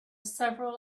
several